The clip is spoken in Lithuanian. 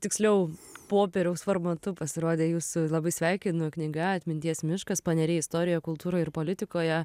tiksliau popieriaus formatu pasirodė jūsų labai sveikinu knyga atminties miškas paneriai istorijoje kultūroje ir politikoje